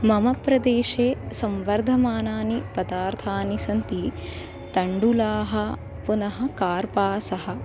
मम प्रदेशे संवर्धमानाः पदार्थाः सन्ति तण्डुलाः पुनः कार्पासः